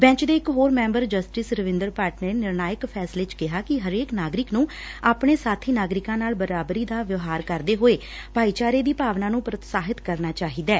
bench ਦੇ ਇਕ ਹੋਰ ਮੈਂਬਰ ਜਸਟਿਸ ਰਵਿੰਦਰ ਭੱਟ ਨੇ ਨਿਰਣਾਇਕ ਫੈਸਲੇ ਚ ਕਿਹੈ ਕਿ ਹਰੇਕ ਨਾਗਰਿਕ ਨੁੰ ਆਪਣੇ ਸਾਬੀ ਨਾਗਰਿਕਾਂ ਨਾਲ ਬਰਾਬਰੀ ਦਾ ਵਿਵਹਾਰ ਕਰਦੇ ਹੋਏ ਭਾਈਚਾਰੇ ਦੀ ਭਾਵਨਾ ਨੂੰ ਪ੍ਰੋਤਸਾਹਿਤ ਕਰਨਾ ਚਾਹੀਦੈ